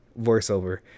voiceover